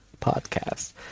podcast